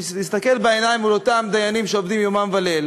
שתסתכל בעיניים של אותם דיינים שעובדים יומם וליל